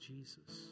Jesus